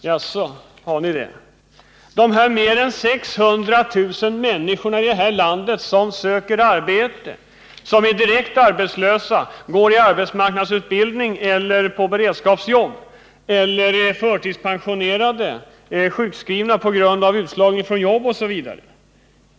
Jaså, har ni det! Men hur är det med de här över 600 000 människorna i vårt land som söker arbete men som är direkt arbetslösa, som går i arbetsmarknadsutbildning eller har beredskapsjobb, är förtidspensionerade eller sjukskrivna på grund av utslagningen från jobb osv.?